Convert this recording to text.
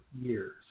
years